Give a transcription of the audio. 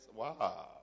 wow